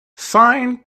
sine